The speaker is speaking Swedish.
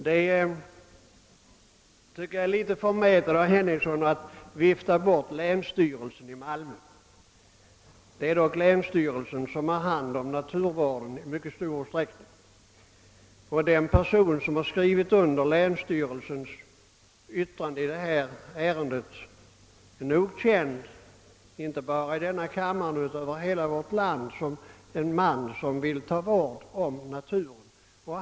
Jag tycker att det är litet förmätet av herr Henningsson att vifta bort uttalandet av länsstyrelsen i Malmö. Det är dock länsstyrelsen som i mycket stor utsträckning har hand om naturvården. Den person som skrivit under länsstyrelsens yttrande i detta ärende är säkert känd inte bara i denna kammaren utan över hela vårt land som en man som vill ta vård om naturen.